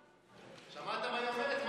שמעת מה היא אומרת?